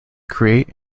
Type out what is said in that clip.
create